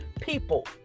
people